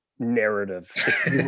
narrative